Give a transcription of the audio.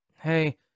Hey